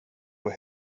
och